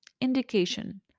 Indication